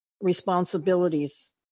responsibilities